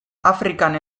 afrikan